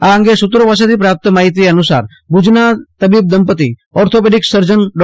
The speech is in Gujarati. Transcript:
આ અંગે સુત્રો પાસેથી પ્રાપ્ત માહિતી અનુસાર ભુજમાં તબીબ દંપતિ ઓર્થોપેડિક સર્જન ડો